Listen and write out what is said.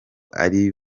ari